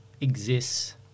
exists